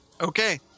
Okay